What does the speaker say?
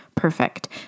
perfect